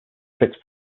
strict